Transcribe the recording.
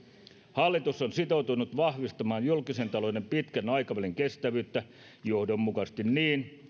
hallitus on sitoutunut vahvistamaan julkisen talouden pitkän aikavälin kestävyyttä johdonmukaisesti niin